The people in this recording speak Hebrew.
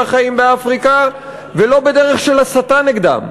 מאפריקה ולא בדרך של הסתה נגדם,